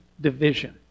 division